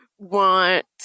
want